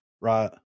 right